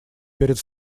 перед